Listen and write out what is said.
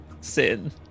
sin